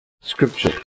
scripture